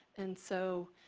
and so,